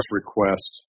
request